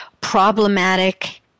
problematic